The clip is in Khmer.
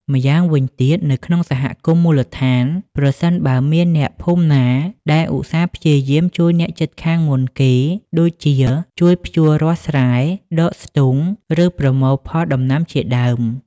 ម្យ៉ាងវិញទៀត នៅក្នុងសហគមន៍ភូមិដ្ឋាន ប្រសិនបើមានអ្នកភូមិណាដែលឧស្សាហ៍ព្យាយាមជួយអ្នកជិតខាងមុនគេដូចជាជួយភ្ជួររាស់ស្រែ ដកស្ទូង ឬប្រមូលផលដំណាំជាដើម។